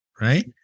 right